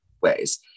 ways